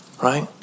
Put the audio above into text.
Right